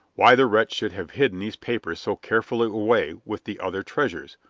why the wretch should have hidden these papers so carefully away with the other treasures,